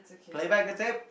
play back the tape